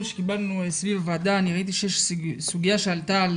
שקיבלנו סביב הוועדה אני ראיתי שיש סוגיה שעלתה,